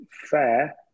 fair